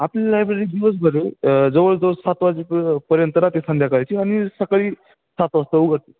आपली लायब्ररी दिवसभर आहे जवळजवळ सात वाजेप पर्यंत राहाते संध्याकाळची आणि सकाळी सात वाजता उघडते